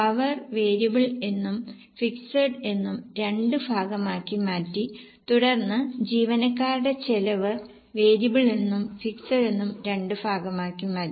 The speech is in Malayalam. പവർ വേരിയബിൾ എന്നും ഫിക്സഡ് എന്നും രണ്ടു ഭാഗമാക്കി മാറ്റി തുടർന്ന് ജീവനക്കാരുടെ ചെലവ് വേരിയബിൾ എന്നും ഫിക്സഡ് എന്നും രണ്ടു ഭാഗമാക്കി മാറ്റി